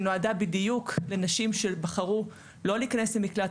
שנועדה בדיוק לנשים שבחרו לא להיכנס למקלט,